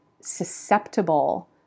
susceptible